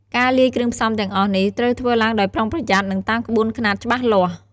ការលាយគ្រឿងផ្សំទាំងអស់នេះ ត្រូវធ្វើឡើងដោយប្រុងប្រយ័ត្ន និងតាមក្បួនខ្នាតច្បាស់លាស់។